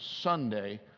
Sunday